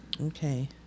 okay